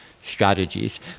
strategies